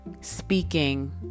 speaking